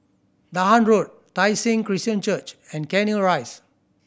Dahan Road Tai Seng Christian Church and Cairnhill Rise